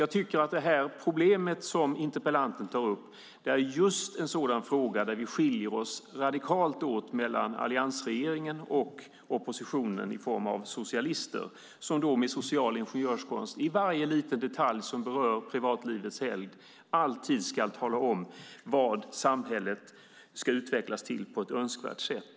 Jag tycker alltså att det problem interpellanten tar upp är just en sådan fråga där vi skiljer oss radikalt åt mellan alliansregeringen och oppositionen i form av socialister som med social ingenjörskonst i varje liten detalj som berör privatlivets helgd alltid ska tala om vad samhället ska utvecklas till på ett önskvärt sätt.